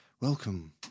Welcome